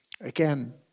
again